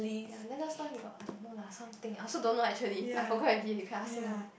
ya just now he got I don't lah something I also don't know actually I forgot already you can ask him